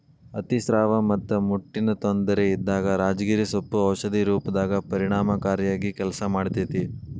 ಅತಿಸ್ರಾವ ಮತ್ತ ಮುಟ್ಟಿನ ತೊಂದರೆ ಇದ್ದಾಗ ರಾಜಗಿರಿ ಸೊಪ್ಪು ಔಷಧಿ ರೂಪದಾಗ ಪರಿಣಾಮಕಾರಿಯಾಗಿ ಕೆಲಸ ಮಾಡ್ತೇತಿ